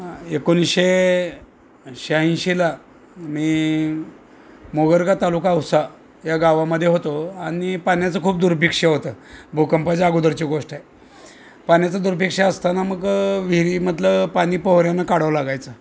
एकोणिसशे शह्याऐंशीला मी मोगरगा तालुका उसा या गावामध्ये होतो आणि पाण्याचं खूप दुर्भिक्ष होतं भूकंपाच्या अगोदरची गोष्ट आहे पाण्याचं दुर्भिक्ष असताना मग विहिरीमधील पाणी पोहऱ्यानं काढावं लागायचं